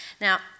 Now